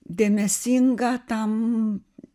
dėmesinga tam